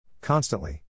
Constantly